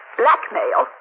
blackmail